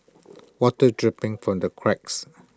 water dripping from the cracks